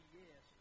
yes